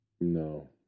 No